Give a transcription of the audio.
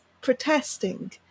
protesting